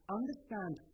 understand